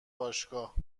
باشگاه